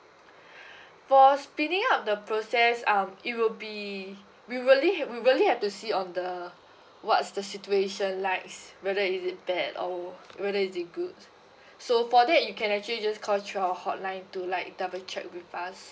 for speeding it up the process um it will be we really we really have to see on the what's the situation likes whether is it bad or whether is it good so for that you can actually just call through our hotline to like double check with us